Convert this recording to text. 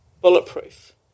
bulletproof